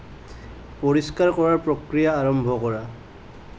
পৰিষ্কাৰ কৰাৰ প্ৰক্ৰিয়া আৰম্ভ কৰা